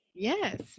Yes